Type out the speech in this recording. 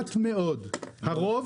מעט מאוד, הרוב